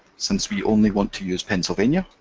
since we only want to use pennsylvania,